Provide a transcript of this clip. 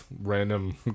random